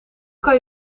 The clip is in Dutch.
kan